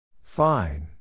Fine